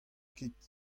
kit